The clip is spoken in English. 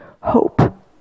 hope